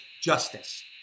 justice